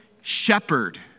shepherd